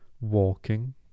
walking